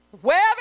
wherever